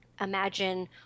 Imagine